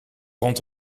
rond